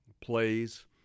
plays